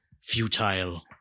futile